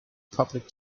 public